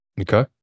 Okay